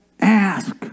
ask